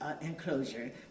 enclosure